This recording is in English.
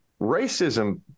racism